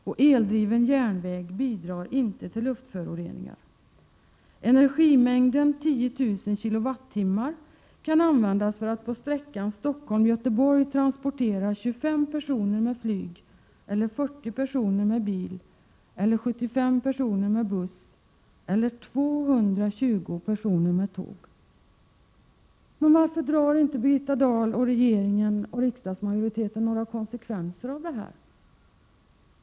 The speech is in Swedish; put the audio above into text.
Och eldriven järnväg bidrar inte till luftföroreningar. Men varför drar inte Birgitta Dahl, regeringen och riksdagsmajoriteten - Prot. 1987/88:134 några konsekvenser av detta?